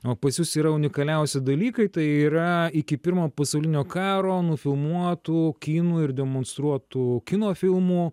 o pas jus yra unikaliausi dalykai tai yra iki pirmo pasaulinio karo nufilmuotų kinų ir demonstruotų kino filmų